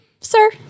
sir